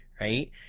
right